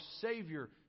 Savior